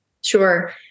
Sure